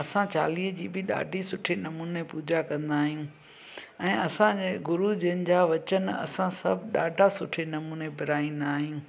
असां चालीह जी बि ॾाढी सुठी नमूने पूजा कंदा आहियूं ऐं असांजे गुरूअ जन जा वचन असां सभु ॾाढा सुठे नमूने बराईंदा आहियूं